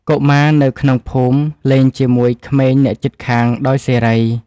កុមារនៅក្នុងភូមិលេងជាមួយក្មេងអ្នកជិតខាងដោយសេរី។